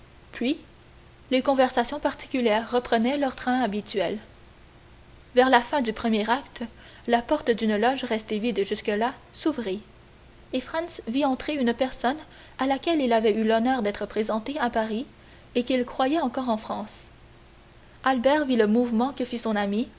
puis les conversations particulières reprenaient leur train habituel vers la fin du premier acte la porte d'une loge restée vide jusque-là s'ouvrit et franz vit entrer une personne à laquelle il avait eu l'honneur d'être présenté à paris et qu'il croyait encore en france albert vit le mouvement que fit son ami